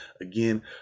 Again